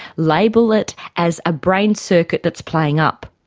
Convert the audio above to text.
label it as a brain circuit that's playing up.